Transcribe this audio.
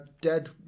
dead